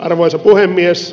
arvoisa puhemies